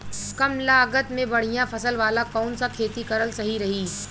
कमलागत मे बढ़िया फसल वाला कौन सा खेती करल सही रही?